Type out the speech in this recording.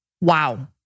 Wow